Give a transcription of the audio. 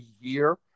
year